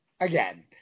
again